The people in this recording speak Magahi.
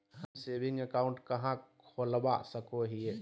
हम सेविंग अकाउंट कहाँ खोलवा सको हियै?